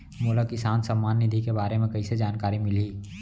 मोला किसान सम्मान निधि के बारे म कइसे जानकारी मिलही?